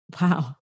Wow